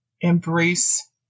embrace